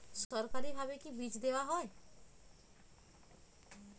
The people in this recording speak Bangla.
সরকারিভাবে কি বীজ দেওয়া হয়?